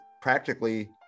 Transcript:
practically